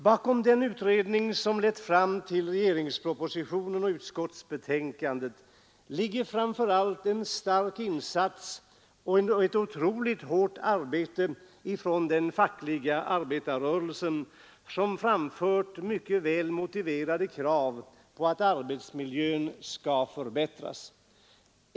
Bakom den utredning som lett fram till regeringspropositionen och utskottsbetänkandet ligger framför allt en stark insats och ett otroligt hårt arbete från den fackliga arbetarrörelsen, som framfört mycket väl motiverade krav på att arbetsmiljön skall förbättras.